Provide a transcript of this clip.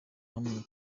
hamwe